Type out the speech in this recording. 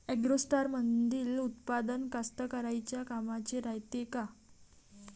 ॲग्रोस्टारमंदील उत्पादन कास्तकाराइच्या कामाचे रायते का?